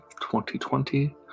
2020